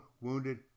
wounded